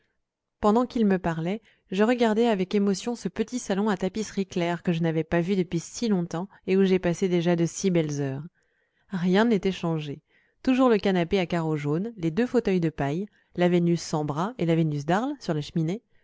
pendant qu'il me parlait je regardais avec émotion ce petit salon à tapisserie claire que je n'avais pas vu depuis si longtemps et où j'ai passé déjà de si belles heures rien n'était changé toujours le canapé à carreaux jaunes les deux fauteuils de paille la vénus sans bras et la vénus d'arles sur la cheminée